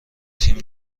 تیم